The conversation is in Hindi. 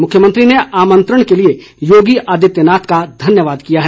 मुख्यमंत्री ने आमंत्रण के लिए योगी आदित्य नाथ का धन्यवाद किया है